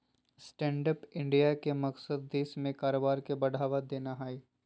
stand up India के मकसद देश में कारोबार के बढ़ावा देना हइ